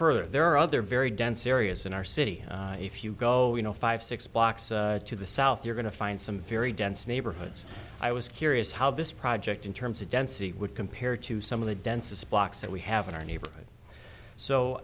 further there are other very dense areas in our city if you go you know five six blocks to the south you're going to find some very dense neighborhoods i was curious how this project in terms of density would compare to some of the densest blocks that we have in our neighborhood so